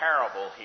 parable